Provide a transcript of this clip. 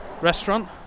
restaurant